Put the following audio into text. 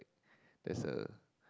that's a